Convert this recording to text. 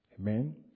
Amen